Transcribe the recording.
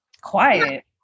Quiet